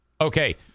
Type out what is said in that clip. Okay